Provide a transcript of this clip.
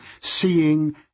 seeing